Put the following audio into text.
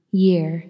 year